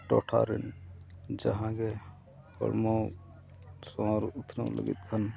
ᱴᱚᱴᱷᱟ ᱨᱮᱱ ᱡᱟᱦᱟᱸ ᱜᱮ ᱦᱚᱲᱢᱚ ᱥᱟᱣᱟᱨ ᱩᱛᱱᱟᱹᱣ ᱞᱟᱹᱜᱤᱫ ᱠᱷᱟᱱ